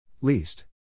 Least